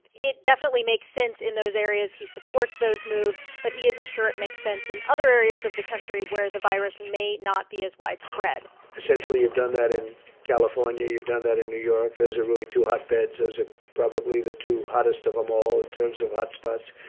it definitely makes sense in those areas. he supports those moves, but he isn't sure it makes sense in other areas of the country where the virus may not be as widespread essentially, you've done that in california. you've done that in new york. those are really two hotbeds. those are ah probably the two hottest of them all in terms of hotspots.